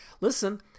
listen